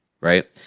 right